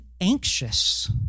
anxious